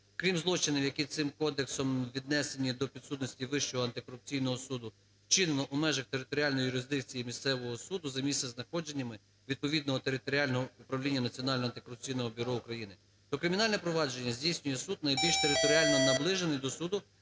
крім злочинів, які цим кодексом віднесені до підсудності Вищого антикорупційного суду, вчинено у межах територіальної юрисдикції місцевого суду за місцем знаходженням відповідного територіального управління Національного антикорупційного бюро України, то кримінальне провадження здійснює суд найбільш територіально наближений до суду